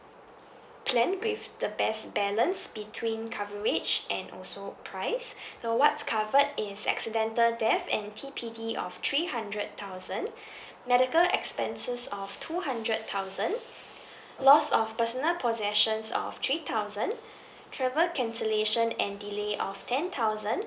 plan with the best balance between coverage and also price so what's covered is accidental death and T_P_D of three hundred thousand medical expenses of two hundred thousand lost of personal possessions of three thousand travel cancellation and delay of ten thousand